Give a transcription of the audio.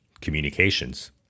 Communications